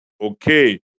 Okay